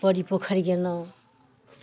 बड़ी पोखरि गेलहुँ